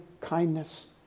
kindness